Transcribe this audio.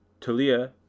Talia